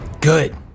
Good